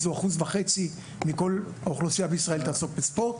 או אחוז וחצי מכל אוכלוסייה בישראל תעסוק בספורט.